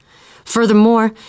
Furthermore